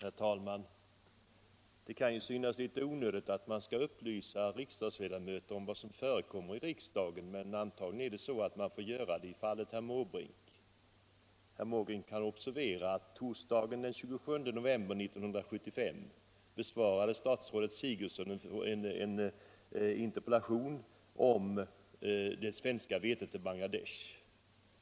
Herr talman! Det kan synas onödigt att man skall upplysa riksdagsledamöter om vad som förekommer i riksdagen, men antagligen får man göra det i herr Måbrinks fall. Herr Måbrink kan observera att statsrådet Sigurdsen torsdagen den 27 november 1975 besvarade en interpellation om det svenska vetet till Bangladesh.